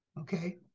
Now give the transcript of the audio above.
Okay